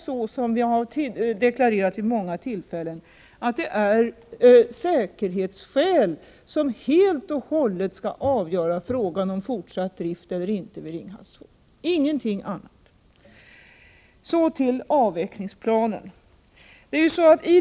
Som vi deklarerat vid många tillfällen är det säkerhetsskäl som helt och hållet skall avgöra frågan om fortsatt drift eller inte vid Ringhals 2. Ingenting annat! Så till avvecklingsplanen.